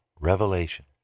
Revelation